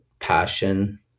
passion